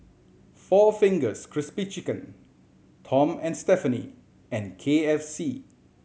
Four Fingers Crispy Chicken Tom and Stephanie and K F C